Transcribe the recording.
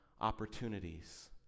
opportunities